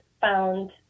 found